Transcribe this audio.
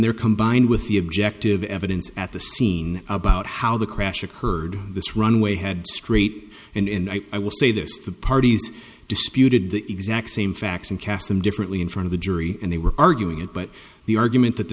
they're combined with the objective evidence at the scene about how the crash occurred this runway had straight in i will say this the parties disputed the exact same facts and cast them differently in front of the jury and they were arguing it but the argument that the